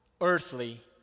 earthly